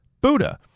Buddha